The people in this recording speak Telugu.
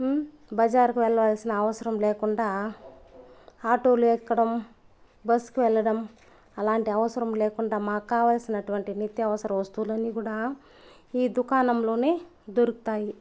బజారుకు వెళ్ళవలసిన అవసరం లేకుండా ఆటోలు ఎక్కడం బస్కు వెళ్ళడం అలాంటి అవసరం లేకుండా మాక్కావాల్సినటువంటి నిత్యవసర వస్తువులన్ని కూడా ఈ దుకాణంలోనే దొరుకుతాయి